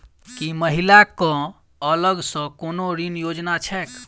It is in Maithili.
की महिला कऽ अलग सँ कोनो ऋण योजना छैक?